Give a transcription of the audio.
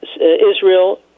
Israel